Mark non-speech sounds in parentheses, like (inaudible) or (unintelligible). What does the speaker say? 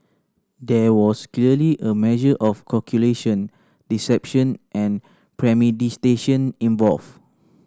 there was clearly a measure of calculation deception and (unintelligible) involved